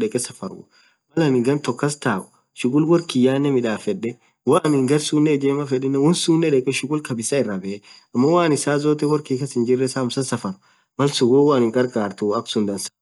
dhekee safaruuu Mal anin ghan tokk kasthau shughul worr kiyyanen midhafedhe woo anin garsunen ijemaa fedhinen shughul kabisaa irra bee ammo woo anin saa zotte worri kiii kass hinjree safarr malsun wooyuu Ani hinkharlharthu akha suun dhansamuu